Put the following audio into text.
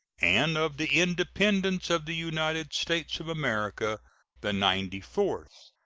and of the independence of the united states of america the ninety-fourth.